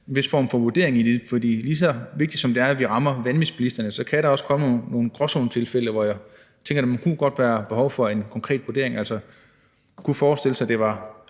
vis form for vurdering af det. For det er meget vigtigt, at vi rammer vanvidsbilisterne, men der kan også være nogle gråzonetilfælde, hvor jeg tænker, at der godt kunne være behov for en konkret vurdering. Man kunne forestille sig, at det var